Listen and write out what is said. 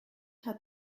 hat